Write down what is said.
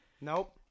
Nope